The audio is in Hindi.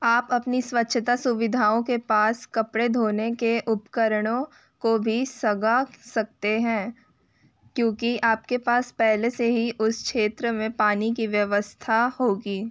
आप अपनी स्वच्छता सुविधाओं के पास कपड़ें धोने के उपकरणों को भी सगा सकते हैं क्योंकि आपके पास पहले से ही उस क्षेत्र में पानी की व्यवस्था होगी